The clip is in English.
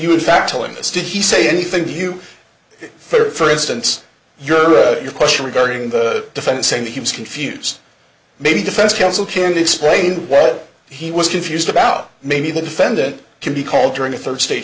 this did he say anything to you for instance your your question regarding the defendant saying that he was confused maybe defense counsel can't explain what he was confused about maybe the defendant can be called during the third sta